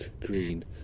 green